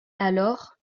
alors